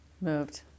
moved